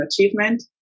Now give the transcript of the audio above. achievement